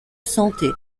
santé